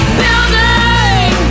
building